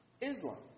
Islam